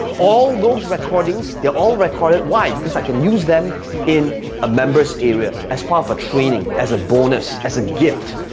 all those recordings, they're all recorded. why? because i can use them in a member's area, as part of a training, as a bonus, as a gift,